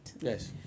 Yes